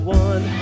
one